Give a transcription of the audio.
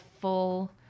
full